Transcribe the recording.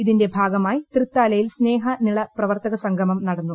ഇതിന്റെ ഭാഗമായി തൃത്താലയിൽ സ്നേഹ നിള് പ്രവർത്തക സംഗമം നടന്നു